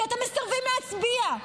כי אתם מסרבים להצביע,